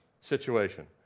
situation